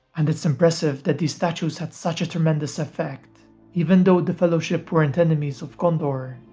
and it's impressive that these statues had such a tremendous effect even though the fellowship weren't enemies of gondor.